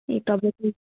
ఈ టొబ్యాకో